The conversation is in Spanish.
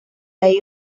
ahí